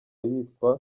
yitwa